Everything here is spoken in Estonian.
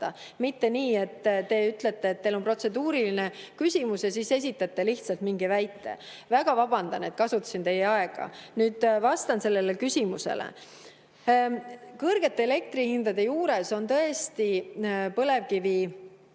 mitte nii, et te ütlete, et teil on protseduuriline küsimus ja siis esitate lihtsalt mingi väite. Väga vabandan, et kasutasin teie aega. Nüüd vastan sellele küsimusele. Kõrgete elektrihindade juures on tõesti põlevkivisektori